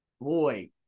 boy